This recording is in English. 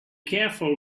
careful